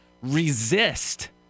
resist